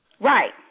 Right